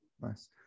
Nice